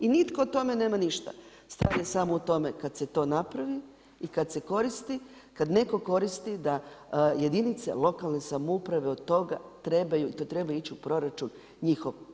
I nitko o tome nema ništa, stvar je samo u tome kad se to napravi i kad se koristi, kad netko koristi da jedinice lokalne samouprave od toga trebaju, i to treba ići u proračun njihov.